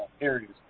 areas